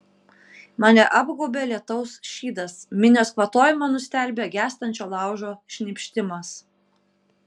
mane apgaubia lietaus šydas minios kvatojimą nustelbia gęstančio laužo šnypštimas